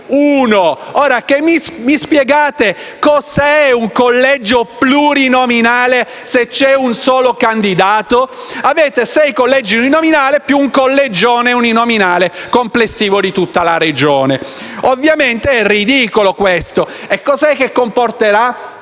Ebbene, mi spiegate cos'è un collegio plurinominale se c'è un solo candidato? Avete sei collegi uninominali e un collegione uninominale complessivo di tutta la Regione. Ovviamente questo è ridicolo, e cosa comporterà